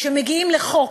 כשמגיעים לחוק